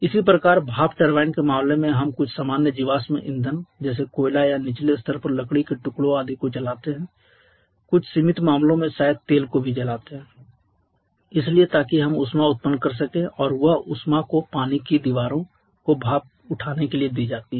इसी प्रकार भाप टरबाइन के मामले में हम कुछ सामान्य जीवाश्म ईंधन जैसे कोयला या निचले स्तर पर लकड़ी के टुकड़े आदि को जलाते हैं कुछ सीमित मामलों में शायद तेल को भी जलाते है इसलिए ताकि हम ऊष्मा उत्पन्न कर सकें और वह उष्माको पानी की दीवारों को भाप उठाने के लिए दी जाती है